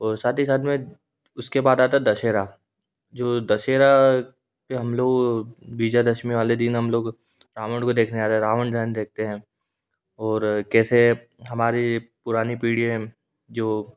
और साथ ही साथ में उसके बाद आता है दशहरा जो दशहरा पर हम लोग बीजा दशमी वाले दिन हम लोग रावण को देखने जाते हैं रावण दहन देखते हैं और कैसे हमारी पुरानी पीढ़ी हैं जो